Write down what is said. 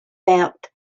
felt